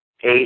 eight